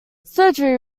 surgery